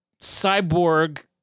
cyborg